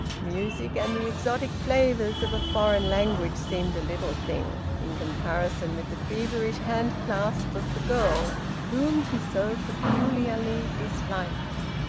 music and the exotic flavours of a foreign language seemed a little thing, in comparison with the feverish hand-clasp of the girl whom he so peculiarly disliked.